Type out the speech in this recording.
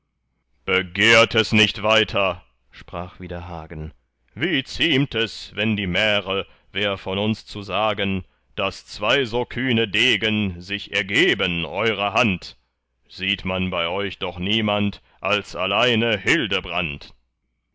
es nicht weiter sprach wieder hagen wie ziemt es wenn die märe wär von uns zu sagen daß zwei so kühne degen sich ergeben eurer hand sieht man bei euch doch niemand als alleine hildebrand